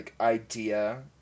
idea